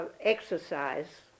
exercise